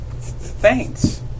Thanks